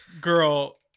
Girl